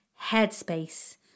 headspace